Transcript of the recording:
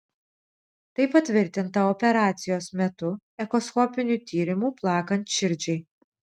tai patvirtinta operacijos metu echoskopiniu tyrimu plakant širdžiai